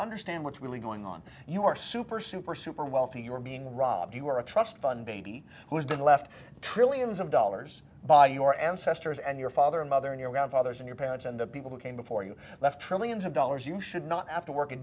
understand what's really going on you are super super super wealthy you're being robbed you are a trust fund baby who has been left trillions of dollars by your ancestors and your father and mother and your grandfathers and your parents and the people who came before you left trillions of dollars you should not have to work a